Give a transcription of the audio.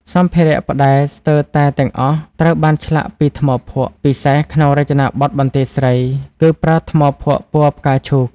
សម្ភារៈ ផ្តែរស្ទើរតែទាំងអស់ត្រូវបានឆ្លាក់ពី ថ្មភក់ ពិសេសក្នុងរចនាបថបន្ទាយស្រី គឺប្រើថ្មភក់ពណ៌ផ្កាឈូក។